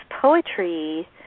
poetry